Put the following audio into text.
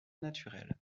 naturelle